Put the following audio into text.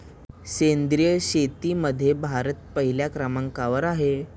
सेंद्रिय शेतीमध्ये भारत पहिल्या क्रमांकावर आहे